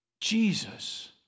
Jesus